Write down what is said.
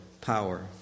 power